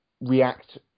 react